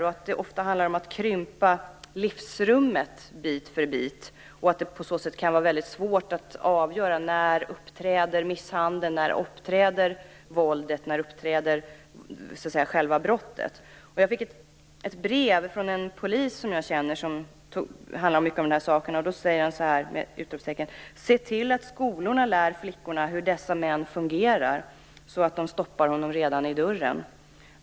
Ofta handlar det om att krympa livsrummet bit för bit. På så sätt kan det vara väldigt svårt att avgöra när misshandeln, våldet och själva brottet uppträder. Jag fick ett brev får en polis som jag känner och som sysslar med dessa saker. Han skriver så här: "Se till att skolorna lär flickorna om hur dessa fungerar så att de stoppar honom i dörren.